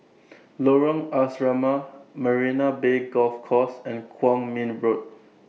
Lorong Asrama Marina Bay Golf Course and Kwong Min Road